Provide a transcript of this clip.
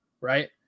right